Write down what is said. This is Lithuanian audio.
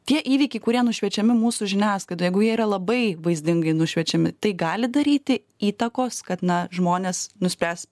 tie įvykiai kurie nušviečiami mūsų žiniasklaidoje jeigu jie yra labai vaizdingai nušviečiami tai gali daryti įtakos kad na žmonės nuspręs